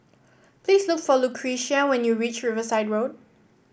please look for Lucretia when you reach Riverside Road